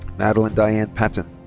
madelyn diane patten.